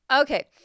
Okay